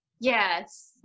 Yes